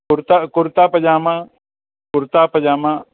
kurta kurta pyjama kurta पजामा